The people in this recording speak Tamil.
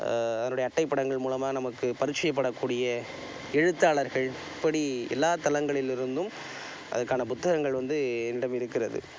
அதனுடைய அட்டை படங்கள் மூலமாக நமக்கு பரிச்சயப்படக்கூடிய எழுத்தாளர்கள் இப்படி எல்லா தளங்களிலிருந்தும் அதுக்கான புத்தகங்கள் வந்து என்னிடம் இருக்கிறது